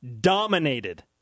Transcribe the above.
dominated